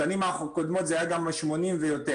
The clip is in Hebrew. בשנים הקודמות זה היה גם 80% ויותר.